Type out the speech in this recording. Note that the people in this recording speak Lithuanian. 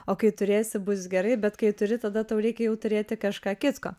o kai turėsi bus gerai bet kai turi tada tau reikia jau turėti kažką kitko